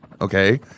okay